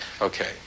Okay